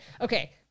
Okay